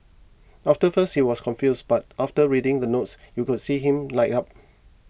after first he was confused but after reading the notes you could see him light up